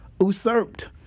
usurped